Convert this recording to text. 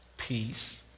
Peace